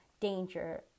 danger